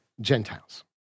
Gentiles